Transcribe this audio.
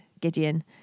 Gideon